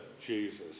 Jesus